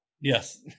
yes